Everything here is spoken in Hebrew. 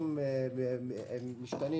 הם משתנים